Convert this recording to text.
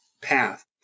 path